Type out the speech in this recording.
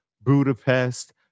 Budapest